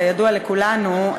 כידוע לכולנו,